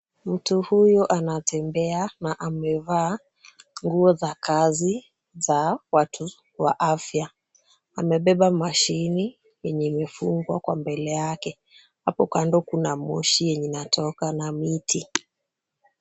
Mtu huyo anatembea na amevaa nguo za kazi za watu wa afya. Amebeba mashini yenye mifungo kwa mbele yake. Hapo kando kuna moshi yenye inatoka na miti.